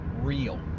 real